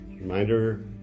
Reminder